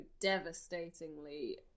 devastatingly